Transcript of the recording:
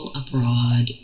abroad